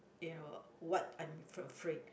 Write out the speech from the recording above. ya what I'm af~ afraid